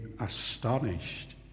astonished